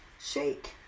Shake